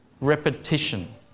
repetition